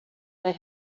they